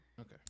okay